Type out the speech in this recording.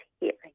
hearing